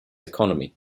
economy